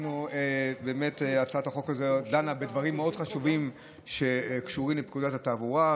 באמת הצעת החוק הזו דנה בדברים מאוד חשובים שקשורים לפקודת התעבורה,